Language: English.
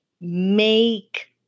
make